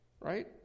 right